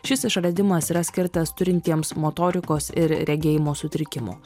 šis išradimas yra skirtas turintiems motorikos ir regėjimo sutrikimų